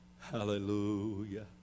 hallelujah